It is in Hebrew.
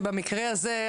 במקרה הזה,